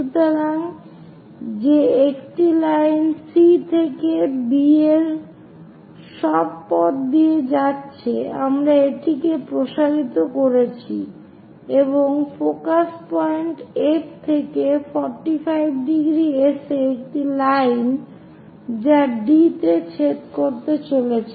সুতরাং যে একটি লাইন C থেকে B এর সব পথ দিয়ে যাচ্ছে আমরা এটিকে প্রসারিত করেছি এবং ফোকাস পয়েন্ট F থেকে 45°s এ একটি লাইন যা D তে ছেদ করতে চলেছে